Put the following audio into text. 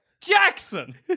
Jackson